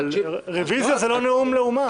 אבל רביזיה זה לא נאום לאומה.